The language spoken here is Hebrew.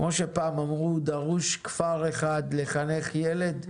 כמו שפעם אמרו: דרוש כפר שלם לחנך ילד,